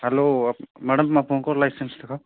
hello madam ଆପଣଙ୍କର licence ଦେଖ